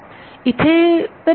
इथे तर केवळ एकच केस आहे